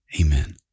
Amen